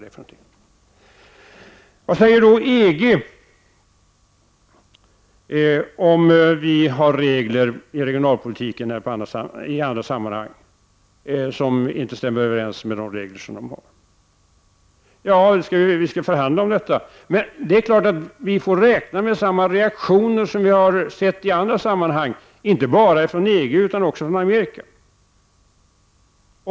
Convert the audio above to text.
Följande fråga har ställts till mig: Vad säger då EG om vi inom regionalpolitiken eller i andra sammanhang har regler som inte stämmer överens med EGs regler? Vi skall förhandla om detta. Men det är klart att vi får räkna med samma reaktioner som har kommit till uttryck i andra sammanhang, inte bara från EG utan även från Amerika.